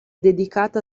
dedicata